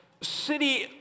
city